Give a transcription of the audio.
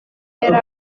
yari